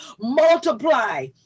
Multiply